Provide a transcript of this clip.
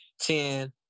ten